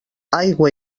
aigua